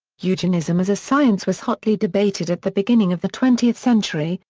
eugenism as a science was hotly debated at the beginning of the twentieth century,